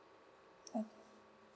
okay